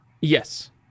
Yes